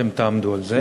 אתם תעמדו על זה.